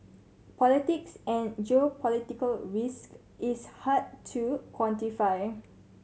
politics and geopolitical risk is hard to quantify